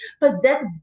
Possess